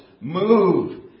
move